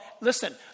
Listen